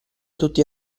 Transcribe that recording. tutti